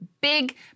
big